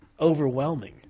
overwhelming